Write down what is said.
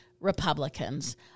Republicans